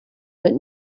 but